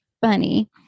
funny